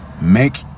Make